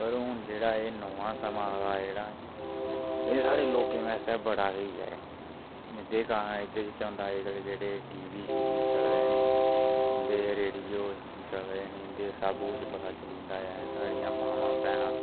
पर हून एह् जेह्ड़ा एह् नमां समां आवा दा एह् जेह्ड़ा एह् साढ़े लोकें बास्तै बड़ा स्हेई ऐ एह्दे कारण एह्दे च केह् होंदा जेह्ड़े टी वी शी वी चले द न इं'दे रेडियो इं'दे सब कुछ पता चली जंदा एह् साढ़ियां मामां भैनां